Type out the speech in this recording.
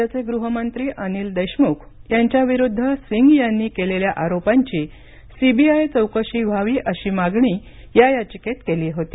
राज्याचे गृहमंत्री अनिल देशमुख यांच्याविरुद्ध सिंग यांनी केलेल्या आरोपांची सीबीआय चौकशी व्हावी अशी मागणी या याचिकेत केली होती